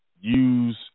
use